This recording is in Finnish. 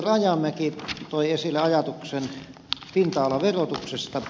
rajamäki toi esille ajatuksen pinta alaverotuksesta